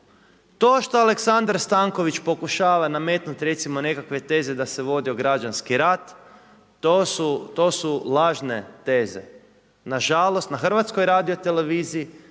To što Aleksandar Stanković pokušava nametnuti recimo nekakve teze da se vodio građanski rat, to su lažne teze. Na žalost na Hrvatskoj radioteleviziji